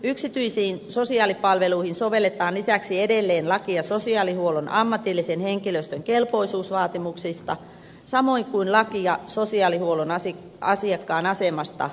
yksityisiin sosiaalipalveluihin sovelletaan lisäksi edelleen lakia sosiaalihuollon ammatillisen henkilöstön kelpoisuusvaatimuksista samoin kuin lakia sosiaalihuollon asiakkaan asemasta ja oikeuksista